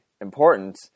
important